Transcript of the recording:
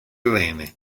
rene